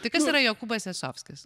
tai kas yra jokūbas jacovskis